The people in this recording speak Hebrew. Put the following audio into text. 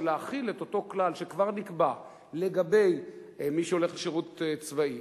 זה להחיל את אותו כלל שכבר נקבע לגבי מי שהולך לשירות צבאי,